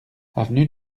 avenue